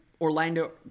Orlando